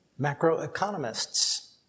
macroeconomists